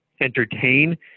entertain